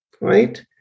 right